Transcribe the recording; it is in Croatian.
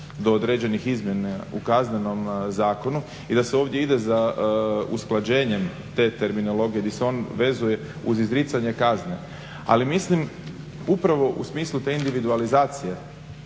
do određenih izmjena u Kaznenom zakonu i da se ovdje ide za usklađenjem te terminologije gdje se on vezuje uz izricanje kazne, ali mislim upravo u smislu te individualizacije